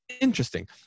interesting